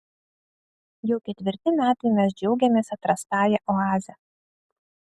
jau ketvirti metai mes džiaugiamės atrastąja oaze